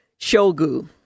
shogu